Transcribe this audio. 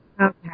Okay